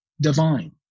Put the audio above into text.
divine